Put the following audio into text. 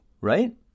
right